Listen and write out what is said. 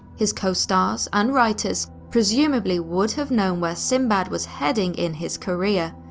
his co-stars and writers presumably would have know where sinbad was heading in his career,